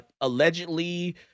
allegedly